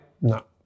No